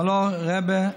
אומר לו: רבי,